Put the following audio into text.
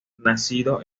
nacido